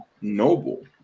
noble